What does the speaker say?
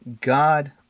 God